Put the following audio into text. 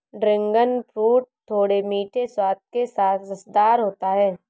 dragon fruit थोड़े मीठे स्वाद के साथ रसदार होता है